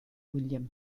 william